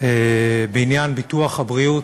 בעניין ביטוח הבריאות,